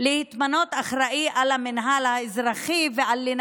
שלא מאמינים אחד לשני, והם